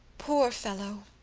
poor fellow,